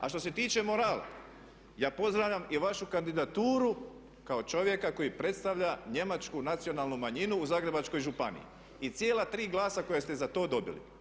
A što se tiče morala, ja pozdravljam i vašu kandidaturu kao čovjeka koji predstavlja njemačku nacionalnu manjinu u Zagrebačkoj županiji i cijela tri glasa koja ste za to dobili.